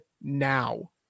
now